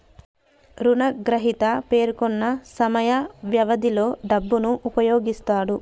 రుణగ్రహీత పేర్కొన్న సమయ వ్యవధిలో డబ్బును ఉపయోగిస్తాడు